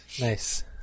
Nice